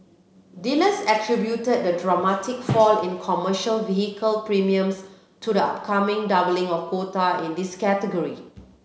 dealers attributed the dramatic fall in commercial vehicle premiums to the upcoming doubling of quota in this category